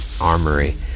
armory